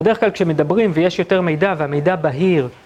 בדרך כלל כשמדברים ויש יותר מידע והמידע בהיר